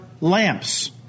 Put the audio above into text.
lamps